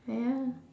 ya